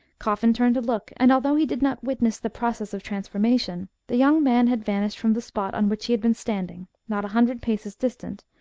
coffin turned to look, and although he did not witness the process of transformation, the young man had vanished from the spot on which he had been standing, not a hundred paces distant,